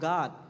God